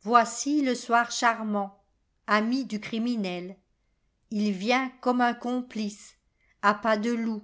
voici le soir charmant ami du criminel il vient comme un complice à pas de loup